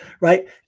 right